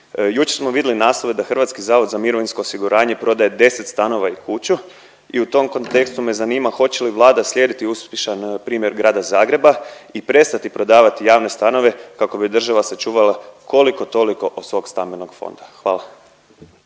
Jučer smo vidli naslove da HZMO prodaje 10 stanova i kuću i u tom kontekstu me zanima hoće li Vlada slijediti uspješan primjer Grada Zagreba i prestati prodavati javne stanove kako bi država sačuvala, koliko-toliko od svog stambenog fonda? Hvala.